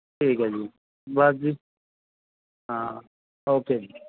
ਠੀਕ ਹੈ ਜੀ ਬਸ ਜੀ ਹਾਂ ਓਕੇ ਜੀ